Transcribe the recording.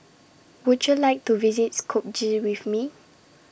Would YOU like to visit Skopje with Me